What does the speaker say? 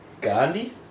Gandhi